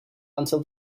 until